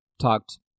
talked